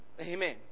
Amen